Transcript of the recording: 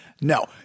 No